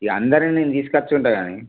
ఇక అందరినీ నేను తీసుకొచ్చుకుంటా గానీ